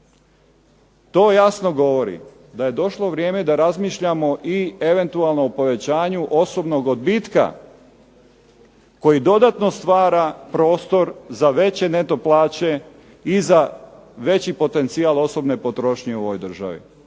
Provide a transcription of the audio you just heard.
To jasno govori da je došlo vrijeme da razmišljamo i eventualno o povećanju osobnog odbitka koji dodatno stvara prostor za veće neto plaće i za veći potencijal osobne potrošnje u ovoj državi.